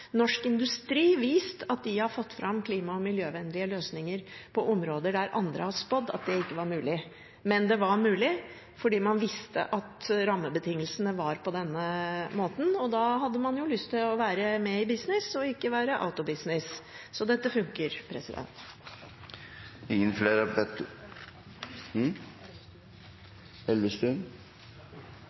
norsk industri vist at de har fått fram klima- og miljøvennlige løsninger på områder der andre har spådd at det ikke var mulig. Men det var mulig fordi man visste at rammebetingelsene var på denne måten, og da hadde man lyst til å være med i business og ikke være «out of business». Så dette funker.